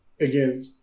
again